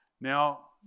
Now